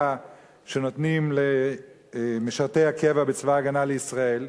שנותנים למשרתי הקבע בצבא-הגנה לישראל,